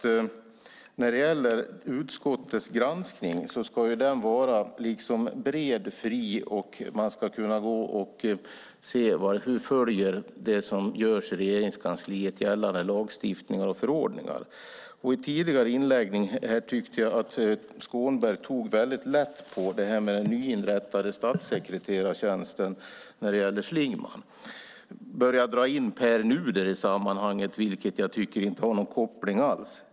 Herr talman! Utskottets granskning ska vara bred och fri. Man ska kunna se hur det som görs i Regeringskansliet följer gällande lagstiftningar och förordningar. I tidigare inlägg tyckte jag att Skånberg tog väldigt lätt på det här med den nyinrättade statssekreterartjänsten när det gällde Schlingmann. Att börja dra in Pär Nuder i sammanhanget! Det tycker jag inte har någon koppling alls.